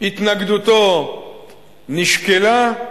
התנגדותו נשקלה,